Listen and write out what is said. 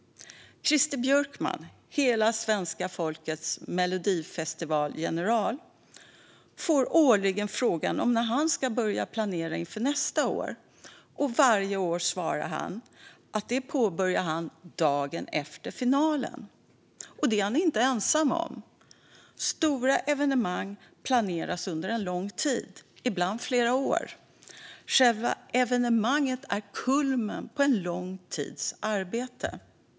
Christer Björkman, hela svenska folkets Melodifestivalgeneral, får årligen frågan om när han ska börja planera inför nästa år. Varje år svarar han att han påbörjar det arbetet dagen efter finalen. Det är han inte ensam om. Stora evenemang planeras under lång tid, ibland flera år. Själva evenemanget är kulmen på en lång tids arbete.